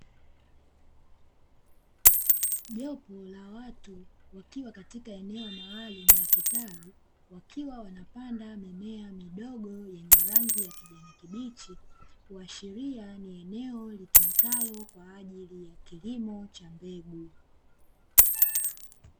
Jopu la watu wakiwa katika eneo maalumu la kitalu, wakiwa wanapanda mimea midogo yenye rangi ya kijani kibichi kuashiria ni eneo litumikalo kwa ajili ya kilimo cha mbegu.